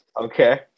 Okay